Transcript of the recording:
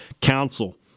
Council